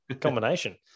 combination